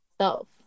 self